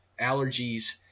Allergies